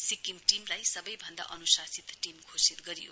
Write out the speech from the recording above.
सिक्किम टीमलाई सबैभन्दा अनुशासित टीम घोषित गरियो